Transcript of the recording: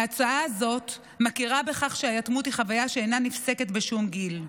ההצעה הזאת מכירה בכך שהיתמות היא חוויה שאינה נפסקת בשום גיל.